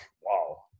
wow